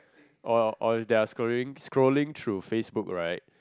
or or if their scrolling scrolling through facebook right